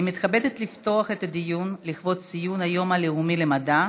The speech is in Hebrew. אני מתכבדת לפתוח את הדיון לכבוד ציון היום הלאומי למדע,